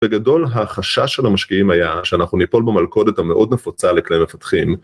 בגדול החשש של המשקיעים היה שאנחנו ניפול במלכודת המאוד נפוצה לכלי מפתחים.